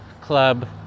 club